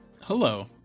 Hello